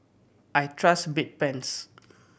I trust Bedpans